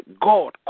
God